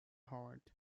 hard